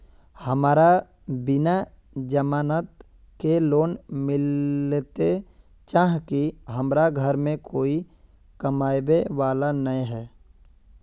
हमरा बिना जमानत के लोन मिलते चाँह की हमरा घर में कोई कमाबये वाला नय है?